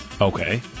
Okay